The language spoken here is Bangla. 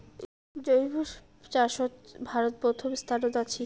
জৈব চাষত ভারত প্রথম স্থানত আছি